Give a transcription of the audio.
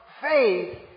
faith